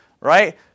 right